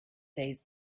days